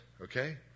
okay